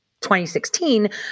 2016